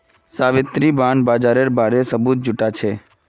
Savitri bond बाजारेर बारे सबूत जुटाछेक